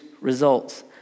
results